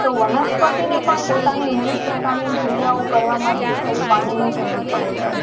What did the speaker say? તો વનસ્પતિને પણ પોતાની વિવિધ પ્રકારની ક્રિયાઓ કરવા માટે છે એ પાણીની જરૂર પડે છે